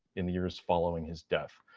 in the years following his death.